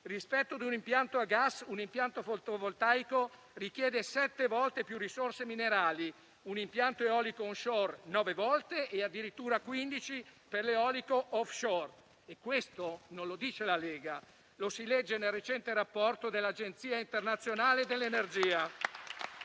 rispetto ad un impianto a gas, un impianto fotovoltaico richiede sette volte più risorse minerali, un impianto eolico *on-shore* nove volte e addirittura 15 per l'eolico *off-shore.* Queste non sono affermazioni della Lega, lo si legge nel recente rapporto dell'Agenzia internazionale dell'energia.